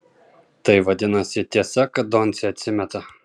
tai vadinasi tiesa kad doncė atsimeta